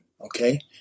okay